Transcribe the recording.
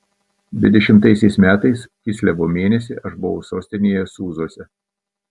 dvidešimtaisiais metais kislevo mėnesį aš buvau sostinėje sūzuose